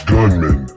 Gunman